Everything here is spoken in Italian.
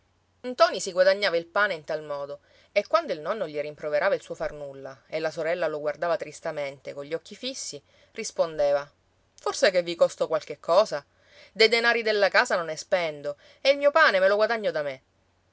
cuore ntoni si guadagnava il pane in tal modo e quando il nonno gli rimproverava il suo far nulla e la sorella lo guardava tristamente cogli occhi fissi rispondeva forse che vi costo qualche cosa dei denari della casa non ne spendo e il mio pane me lo guadagno da me